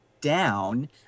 down